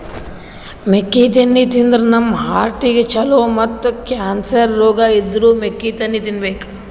ಮೆಕ್ಕಿತೆನಿ ತಿಂದ್ರ್ ನಮ್ ಹಾರ್ಟಿಗ್ ಛಲೋ ಮತ್ತ್ ಕ್ಯಾನ್ಸರ್ ರೋಗ್ ಇದ್ದೋರ್ ಮೆಕ್ಕಿತೆನಿ ತಿನ್ಬೇಕ್